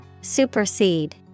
Supersede